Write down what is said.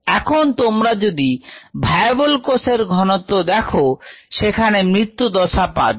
এখন তোমরা যদি ভায়াবল কোষের ঘনত্ব দেখো সেখানে মৃত্যুদশা পাবে